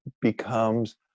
becomes